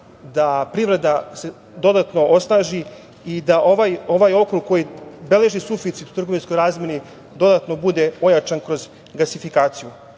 se privreda dodatno osnaži i da ovaj okrug koji beleži suficit u trgovinskoj razmeni, dodatno bude ojačan kroz gasifikaciju. Naravno,